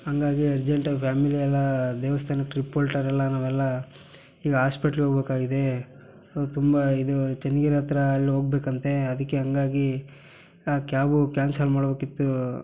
ಹಾಗಾಗಿ ಅರ್ಜೆಂಟಾಗಿ ಫ್ಯಾಮಿಲಿ ಎಲ್ಲ ದೇವಸ್ಥಾನಕ್ಕೆ ಟ್ರಿಪ್ ಹೊರ್ಟವ್ರೆಲ್ಲ ನಾವೆಲ್ಲ ಈಗ ಹಾಸ್ಪೆಟ್ಲ್ಗೆ ಹೋಗ್ಬೇಕಾಗಿದೆ ಇವಾಗ ತುಂಬ ಇದು ಚನ್ನಗಿರಿ ಹತ್ತಿರ ಅಲ್ಲಿ ಹೋಗಬೇಕಂತೆ ಅದಕ್ಕೆ ಹಾಗಾಗಿ ಆ ಕ್ಯಾಬು ಕ್ಯಾನ್ಸಲ್ ಮಾಡ್ಬೇಕಿತ್ತು